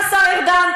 לא מהשר ארדן,